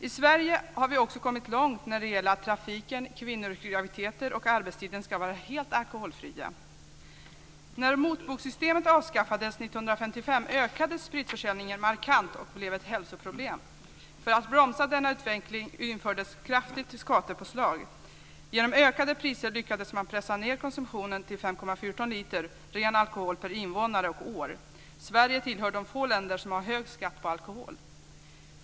I Sverige har vi också kommit långt när det gäller att trafiken, kvinnors graviditeter och arbetstiden ska vara helt alkoholfria. När motbokssystemet avskaffades 1955 ökade spritförsäljningen markant och blev ett hälsoproblem. För att bromsa denna utveckling infördes ett kraftigt skattepåslag. Genom ökade priser lyckades man pressa ned konsumtionen till 5,14 liter ren alkohol per invånare och år. Sverige tillhör de få länder som har hög skatt på alkohol.